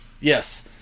Yes